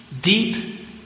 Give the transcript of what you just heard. deep